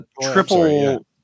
triple